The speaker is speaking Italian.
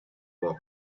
poco